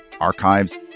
archives